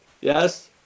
Yes